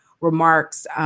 remarks